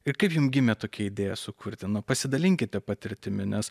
ir kaip jum gimė tokia idėja sukurti nu pasidalinkite patirtimi nes